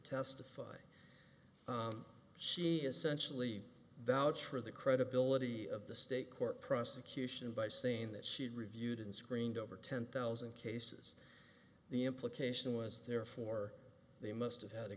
testified she essentially valid for the credibility of the state court prosecution by saying that she had reviewed and screened over ten thousand cases the implication was therefore they must have had a